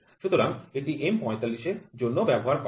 সুতরাং এটি M ৪৫ এর জন্য ব্যবহার করা হয়